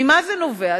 ממה זה נובע?